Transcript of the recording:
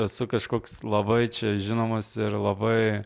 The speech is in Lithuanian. esu kažkoks labai čia žinomas ir labai